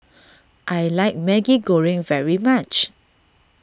I like Maggi Goreng very much